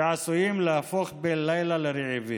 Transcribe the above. שעשויים להפוך בן לילה לרעבים.